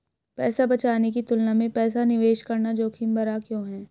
पैसा बचाने की तुलना में पैसा निवेश करना जोखिम भरा क्यों है?